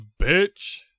bitch